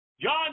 John